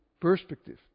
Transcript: perspective